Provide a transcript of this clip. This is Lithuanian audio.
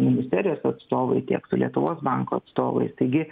ministerijos atstovai tiek su lietuvos banko atstovais taigi